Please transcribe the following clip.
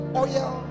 oil